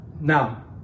Now